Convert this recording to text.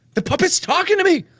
the puppet's talking to me?